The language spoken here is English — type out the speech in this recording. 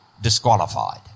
disqualified